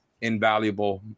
invaluable